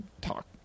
talk